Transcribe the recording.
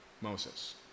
Moses